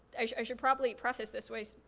i should i should probably preference this with,